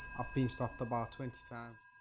been stopped about twenty times.